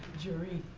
geri.